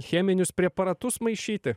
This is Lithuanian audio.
cheminius preparatus maišyti